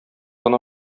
гына